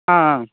ஆ ஆ